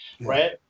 right